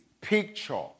picture